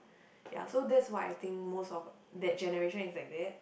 ya so that's why I think most of that generation is like that